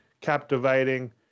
captivating